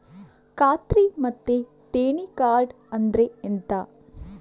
ಖಾತ್ರಿ ಮತ್ತೆ ದೇಣಿ ಕಾರ್ಡ್ ಅಂದ್ರೆ ಎಂತ?